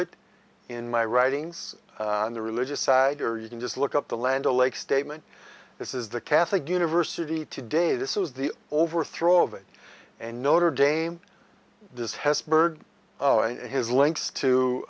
it in my writings on the religious side or you can just look up the land o'lakes statement this is the catholic university today this is the overthrow of it and notre dame does hesburgh his links to